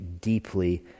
deeply